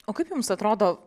o kaip jums atrodo